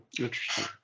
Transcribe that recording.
Interesting